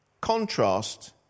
Contrast